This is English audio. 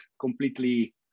completely